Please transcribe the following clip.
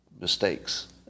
mistakes